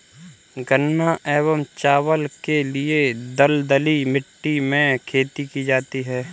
गन्ना एवं चावल के लिए दलदली मिट्टी में खेती की जाती है